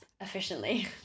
efficiently